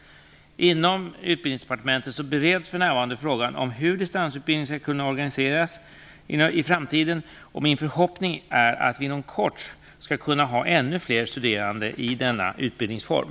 Inom Utbildningsdepartementet bereds för närvarande frågan om hur distansutbildningen skall organiseras i framtiden. Min förhoppning är att vi inom kort skall kunna ha ännu fler studerande i denna utbildningsform.